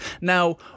Now